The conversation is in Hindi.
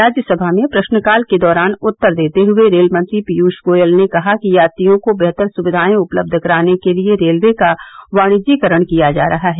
राज्यसभा में प्रश्नकाल के दौरान उत्तर देते हुए रेल मंत्री पीयूष गोयल ने कहा कि यात्रियों को बेहतर सुविधाएं उपलब्ध कराने के लिए रेलवे का वाणिज्यिकरण किया जा रहा है